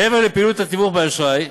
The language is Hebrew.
מעבר לפעילות התיווך באשראי,